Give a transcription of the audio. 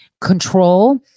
control